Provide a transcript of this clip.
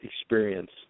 experience